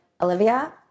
Olivia